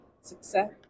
success